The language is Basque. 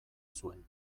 zuen